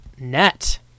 net